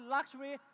Luxury